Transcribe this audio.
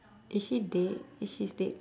is she dead is she's dead